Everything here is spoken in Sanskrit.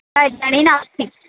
पञ्चणी नास्ति